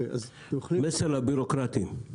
מסר לבירוקרטים.